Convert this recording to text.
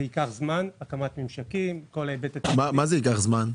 זה ייקח זמן להקים ממשקים --- מה זה אומר שייקח זמן?